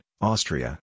Austria